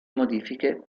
modifiche